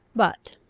but,